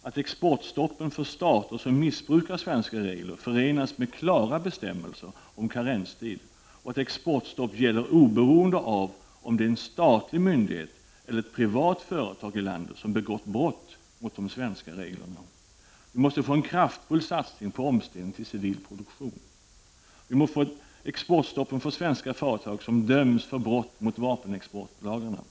och att exportstoppen för stater som missbrukar de svenska reglerna förenas med klara bestämmelser om karenstid och att exportstopp gäller oberoende av om det är en statlig myndighet eller ett privat företag i landet som begått brottet mot de svenska reglerna. Vi måste få en kraftfull satsning på omställning till civil produktion. Vi måste få ett exportstopp för de svenska företag som döms för brott mot vapenexportlagarna.